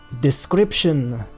description